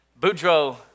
Boudreaux